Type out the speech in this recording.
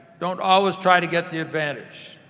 don't always try to get the advantage.